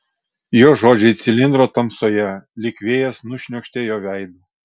jo žodžiai cilindro tamsoje lyg vėjas nušniokštė jo veidu